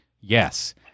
Yes